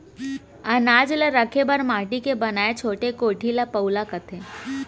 अनाज ल रखे बर माटी के बनाए छोटे कोठी ल पउला कथें